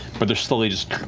but they're slowly just